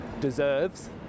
deserves